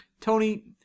Tony